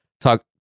talk